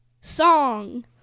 Song